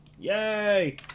Yay